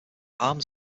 armed